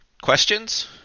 Questions